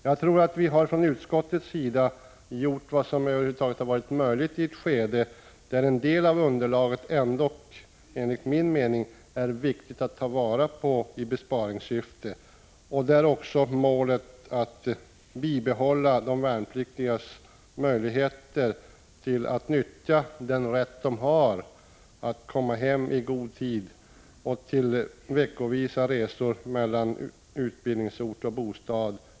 Jag tror att vi från utskottets sida har gjort vad som över huvud taget har varit möjligt i ett läge där det enligt min mening är viktigt att i besparingssyfte se på en del av underlaget, samtidigt som vi fortfarande kan uppfylla målet att bibehålla de värnpliktigas möjligheter att nyttja den rätt de har när det gäller att komma hem i god tid och när det gäller resor veckovis mellan utbildningsort och bostad.